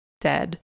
dead